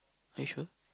are you sure